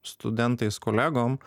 studentais kolegom